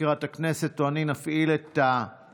מזכירת הכנסת או אני נפעיל את ההצבעה,